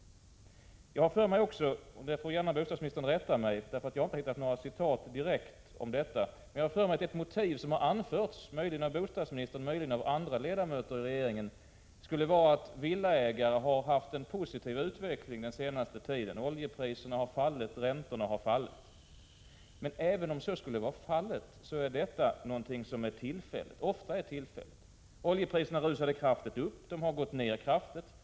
Jag har för mig att — där får bostadsministern gärna rätta mig, för jag har inte sett några direkta citat — som motiv anförts möjligen av bostadsministern eller andra ledamöter i regeringen att villaägare under den senaste tiden har haft en positiv utveckling genom att oljepriserna och räntorna har fallit. Även om det skulle vara så, är det någonting som ofta är tillfälligt. Oljepriserna har ju rusat upp kraftigt, de har gått ned kraftigt.